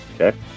Okay